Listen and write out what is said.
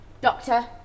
Doctor